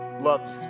loves